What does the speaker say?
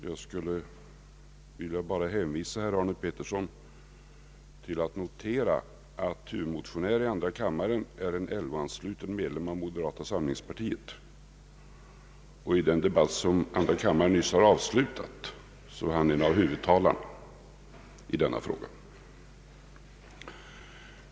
Jag skulle bara vilja hänvisa herr Arne Pettersson till att huvudmotionären i andra kammaren är en LO-ansluten medlem av moderata samlingspartiet, och i den debatt som andra kammaren nyss avslutat har han varit en av huvudtalarna i denna fråga.